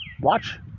watch